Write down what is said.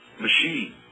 machine